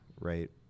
right